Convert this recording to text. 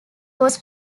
was